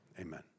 amen